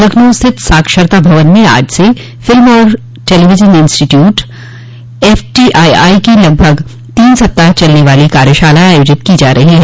लखनऊ स्थित साक्षरता भवन में आज से फिल्म एवं television institute of India FTII की लगभग तीन सप्ताह तक चलने वाली कार्यशाला आयोजित की जा रही है